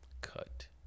Cut